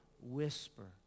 whisper